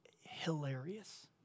hilarious